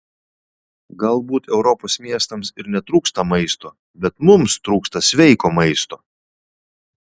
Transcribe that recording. galbūt europos miestams ir netrūksta maisto bet mums trūksta sveiko maisto